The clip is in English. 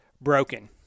broken